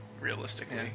realistically